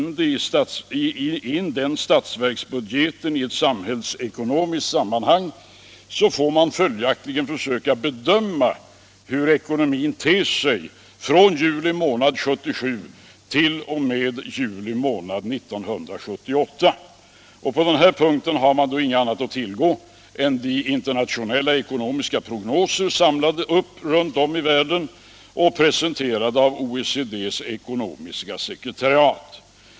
Vill man passa in den statsverksbudgeten i ett samhällsekonomiskt sammanhang, får man följaktligen försöka bedöma hur ekonomin ter sig fr.o.m. juli månad 1977 1. 0. m. juni månad 1978. På den punkten har man ingenting annat att tillgå än de internationella ekonomiska prognoser som är uppsamlade runt om i världen och presenterade av OECD:s ekonomiska sekretariat.